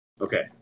Okay